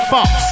Fox